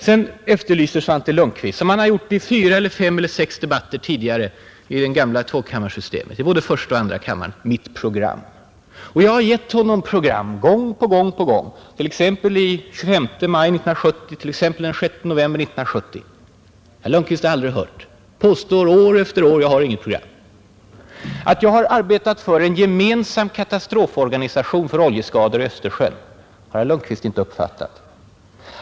Sedan efterlyser Svante Lundkvist — som han har gjort vid fyra fem debatter tidigare i både första och andra kammaren — mitt program. Jag har givit regeringen program gång på gång på gång, t.ex. den 25 maj och den 6 november 1970. Men herr Lundkvist har aldrig hört det, han påstår år efter år att jag inte har något program. Att jag har arbetat för en gemensam katastroforganisation för oljeskador i Östersjön har herr Lundkvist inte uppfattat.